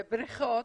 בריכות.